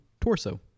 Torso